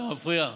אתה מפריע.